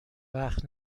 وقت